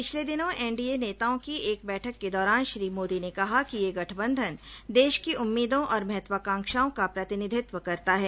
पिछले दिनों एनडीए नेताओं की एक बैठक के दौरान श्री मोदी ने कहा कि यह गठबंधन देश की उम्मीदों और महत्वकांक्षाओं का प्रतिनिधित्व करता है